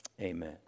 Amen